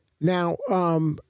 Now